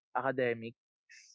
academics